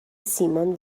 سیمان